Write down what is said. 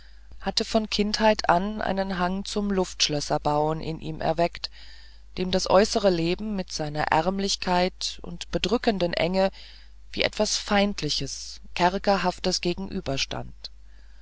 hatte von kindheit an einen hang zum luftschlösserbauen in ihm erweckt dem das äußere leben mit seiner ärmlichkeit und bedrückenden enge wie etwas feindliches kerkerhaftes